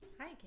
Hi